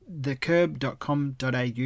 thecurb.com.au